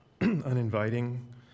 uninviting